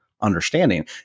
understanding